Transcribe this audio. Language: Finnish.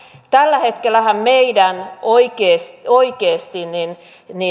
tällä hetkellähän meidän oikeasti